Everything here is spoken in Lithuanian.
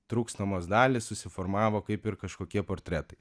trūkstamos dalys susiformavo kaip ir kažkokie portretai